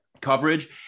coverage